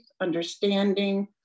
understanding